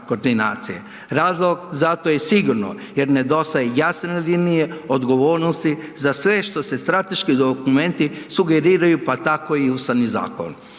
koordinacije. Razlog za to je sigurno jer nedostaje jasno ozbiljnije odgovornosti za sve što se strateški dokumenti sugeriraju, pa tako i Ustavni zakon.